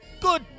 Good